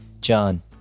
John